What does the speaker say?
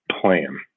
plan